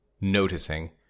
noticing